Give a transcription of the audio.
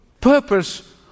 purpose